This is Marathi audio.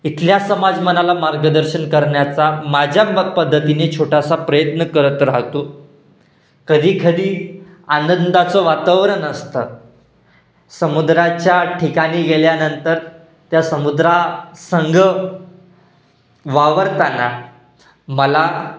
इथल्या समाजमनाला मार्गदर्शन करण्याचा माझ्या मग पद्धतीने छोटासा प्रयत्न करत राहतो कधी कधी आनंदाचं वातावरण असतं समुद्राच्या ठिकाणी गेल्यानंतर त्या समुद्रासंग वावरताना मला